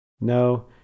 No